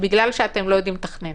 בגלל שאתם לא יודעים לתכנן.